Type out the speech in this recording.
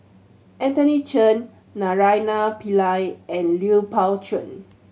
Anthony Chen Naraina Pillai and Lui Pao Chuen